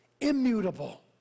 immutable